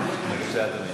בבקשה, אדוני.